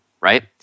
right